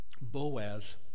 Boaz